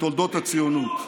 בתולדות הציונות.